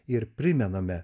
ir primename